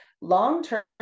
long-term